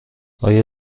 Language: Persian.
آیا